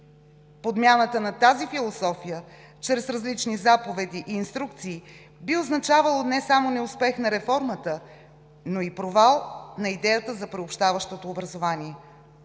Подмяната на тази философия чрез различни заповеди и инструкции би означавала не само неуспех на реформата, но и провал на идеята за приобщаващото образование.